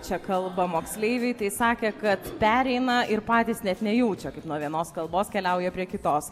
čia kalba moksleiviai tai sakė kad pereina ir patys net nejaučia kaip nuo vienos kalbos keliauja prie kitos